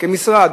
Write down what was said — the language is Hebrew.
כמשרד,